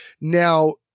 Now